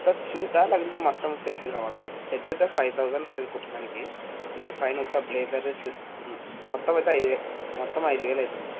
sir షూటా లేకుంటే మొత్తం సెట్ కావాల్నా సెట్ అయితే ఫైవ్ తౌసండ్ అవుతుంది కుట్టడానికి లేదు పైన ఉత్త బ్లేడ్ బ్లెజర్స్ మొత్తం అయితే ఐదు మొత్తం ఐదు వేలు అవుతుంది